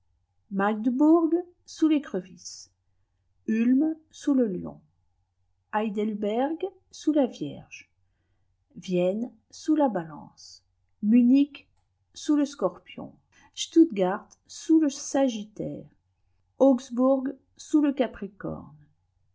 sous l'écrevisse ulm sous le lion heidelberg sous la vierge vienne sous la balance munich sous le scorpion stuttgard sous le sagittaire augsbourg sous le capricorne